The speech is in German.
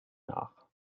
nach